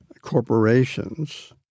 corporations